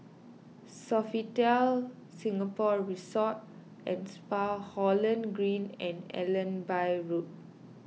Sofitel Singapore Resort and Spa Holland Green and Allenby Road